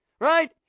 right